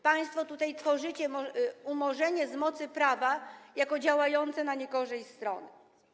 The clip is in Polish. Państwo tworzycie umorzenie z mocy prawa jako działające na niekorzyść stron.